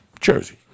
Jersey